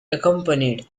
accompanied